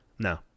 No